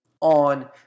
on